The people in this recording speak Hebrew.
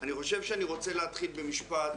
אני חושב שאני רוצה להתחיל במשפט.